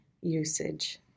usage